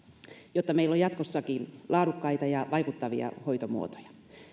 jotta meillä on jatkossakin laadukkaita ja vaikuttavia hoitomuotoja